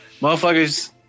Motherfuckers